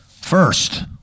First